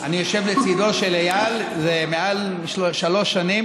אני יושב לצידו של איל מעל שלוש שנים